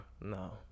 No